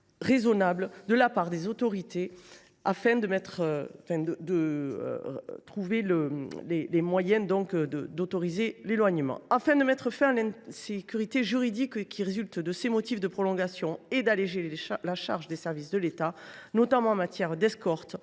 raisonnables » de la part des autorités pour trouver les moyens d’autoriser l’éloignement. Afin de mettre fin à l’insécurité juridique qui résulte de ces motifs de prolongation et d’alléger la charge des services de l’État, notamment en matière d’escortes,